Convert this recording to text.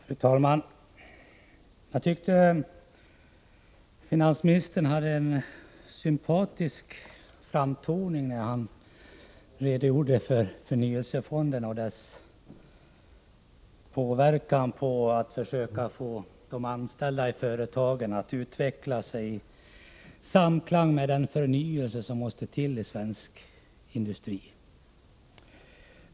Fru talman! Jag tyckte att finansministern hade en sympatisk framtoning när han redogjorde för förnyelsefonderna och deras arbete för att försöka få de anställda i företagen att utveckla sig i samklang med den förnyelse som måste till i svensk industri.